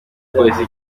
polisi